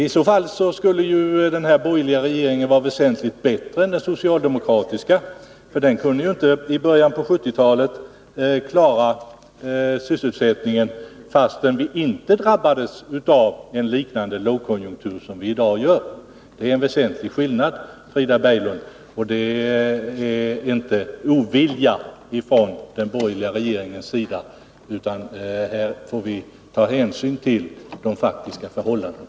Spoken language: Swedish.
I så fall skulle den här borgerliga regeringen vara väsentligt bättre än den socialdemokratiska, som ju inte i början på 1970-talet kunde klara sysselsättningen fastän vi inte drabbades av en lågkonjunktur liknande den som vi i dag har. Det är en väsentlig skillnad, Frida Berglund. Och det är inte fråga om ovilja från den borgerliga regeringens sida. Här får vi ta hänsyn till de faktiska förhållandena.